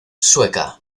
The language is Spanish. sueca